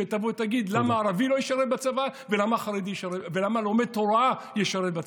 שתבוא ותגיד למה ערבי לא ישרת בצבא ולמה לומד תורה ישרת בצבא.